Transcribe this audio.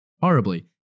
horribly